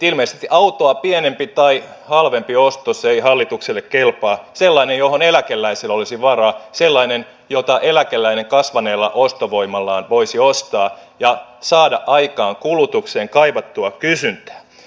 ilmeisesti autoa pienempi tai halvempi ostos ei hallitukselle kelpaa sellainen johon eläkeläisellä olisi varaa sellainen jota eläkeläinen kasvaneella ostovoimallaan voisi ostaa ja saada aikaan kulutukseen kaivattua kysyntää